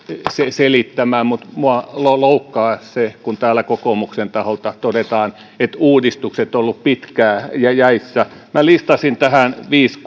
selittämään mutta minua loukkaa se kun täällä kokoomuksen taholta todetaan että uudistukset ovat olleet jo pitkään jäissä minä listasin viisi